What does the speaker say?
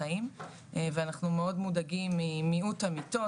חיים ואנחנו מאוד מודאגים ממיעוט המיטות,